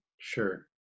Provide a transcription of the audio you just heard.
sure